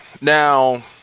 Now